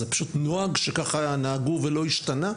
זה פשוט נוהג שככה נהגו ולא השתנה?